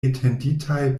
etenditaj